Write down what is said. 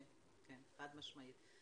כן, חד משמעית.